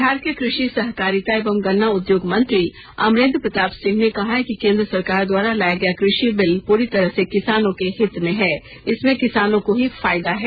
बिहार के कृषि सहकारिता एवं गन्ना उद्योग मंत्री अमरेंद्र प्रताप सिंह ने कहा है कि केंद्र सरकार द्वारा लाया गया कृषि बिल पूरी तरह से किसानों के हित में है इसमें किसानों को ही फायदा है